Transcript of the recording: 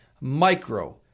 Micro